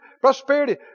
prosperity